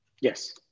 Yes